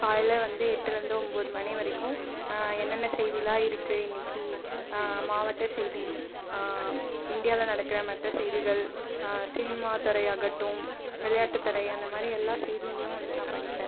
காலையில் வந்து எட்டுலேருந்து ஒன்பது மணி வரைக்கும் என்னென்ன செய்தியெலாம் இருக்கு இன்னிக்கு மாவட்ட செய்தி இந்தியாவில் நடக்கிற மற்ற செய்திகள் சினிமா துறையாகட்டும் விளையாட்டுத்துறை அந்தமாதிரி எல்லா செய்தியையும் வந்து நான் படிப்பேன்